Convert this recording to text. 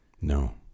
no